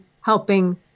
helping